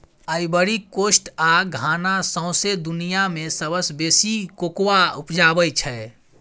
Ivory Coast आ Ghana सौंसे दुनियाँ मे सबसँ बेसी कोकोआ उपजाबै छै